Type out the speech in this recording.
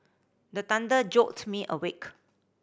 the thunder jolt me awake